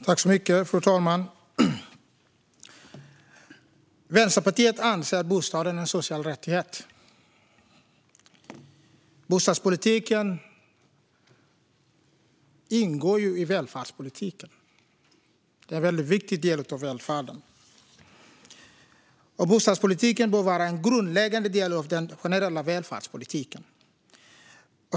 Fru talman! Vänsterpartiet anser att bostaden är en social rättighet. Bostadspolitiken ingår ju i välfärdspolitiken. Den är en mycket viktig del av välfärden. Bostadspolitiken bör vara en grundläggande del av den generella välfärdspolitiken.